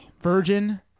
Virgin